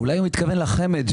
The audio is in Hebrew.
אולי הוא התכוון לחמ"ד,